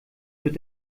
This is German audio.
mit